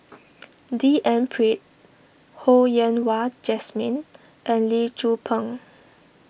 D N Pritt Ho Yen Wah Jesmine and Lee Tzu Pheng